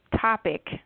topic